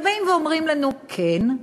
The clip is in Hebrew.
אבל באים ואומרים לנו: כן,